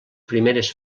primeres